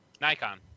Nikon